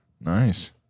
Nice